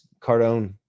Cardone